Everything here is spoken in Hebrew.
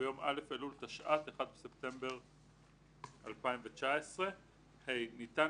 ביום א' אלול תשע"ט (1 בספטמבר 2019). (ה) ניתן